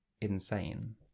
insane